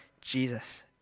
Jesus